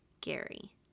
Gary